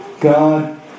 God